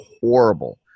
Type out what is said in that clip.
horrible